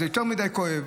זה יותר מדי כואב,